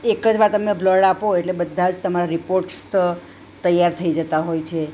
એક જ વાર તમે બ્લડ આપો એટલે બધા જ તમારા રિપોર્ટ્સ ત તૈયાર થઈ જતા હોય છે